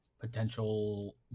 potential